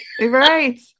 Right